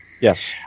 Yes